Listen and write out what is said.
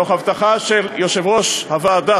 תוך הבטחה של יושב-ראש הוועדה,